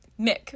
Mick